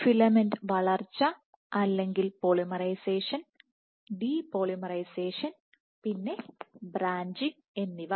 filament വളർച്ച അല്ലെങ്കിൽ polymerization depolymerization പിന്നെ ബ്രാഞ്ചിംഗ്എന്നിവ